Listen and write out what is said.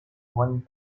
dłoni